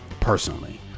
personally